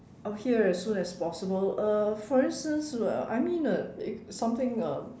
oh here so that's possible uh for instance uh I mean uh something um